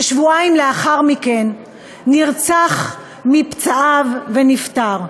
שבועיים לאחר מכן נפטר מפצעיו ונרצח.